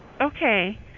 Okay